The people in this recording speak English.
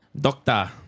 Doctor